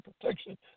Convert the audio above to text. protection